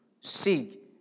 Seek